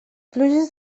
pluges